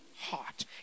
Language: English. heart